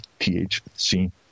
THC